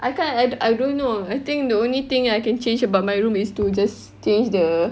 I can't I d~ I don't know I think the only thing I can change about my room is to just change the